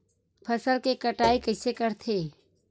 फसल के कटाई कइसे करथे?